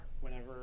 whenever